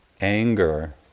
anger